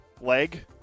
Leg